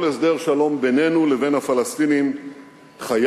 כל הסדר שלום בינינו לבין הפלסטינים חייב